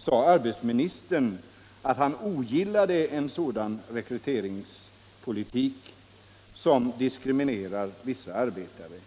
sade arbetsmarknadsministern att han ogillade en rekryteringspolitik som diskriminerar vissa arbetare.